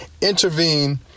intervene